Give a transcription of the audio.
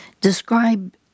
describe